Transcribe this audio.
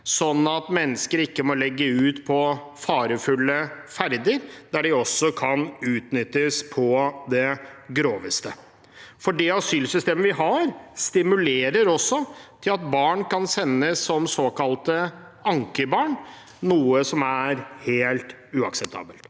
sånn at mennesker ikke må legge ut på farefulle ferder, der de også kan bli utnyttet på det groveste. Det asylsystemet vi har, stimulerer også til at barn kan sendes som såkalte ankerbarn, noe som er helt uakseptabelt.